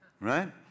right